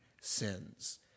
sins